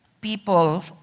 people